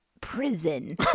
prison